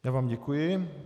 Já vám děkuji.